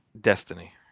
Destiny